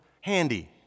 handy